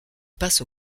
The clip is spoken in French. passe